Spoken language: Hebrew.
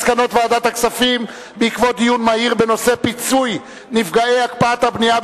מסקנות ועדת הכספים בעקבות דיון מהיר בנושא פיצוי נפגעי הקפאת הבנייה,